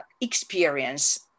experience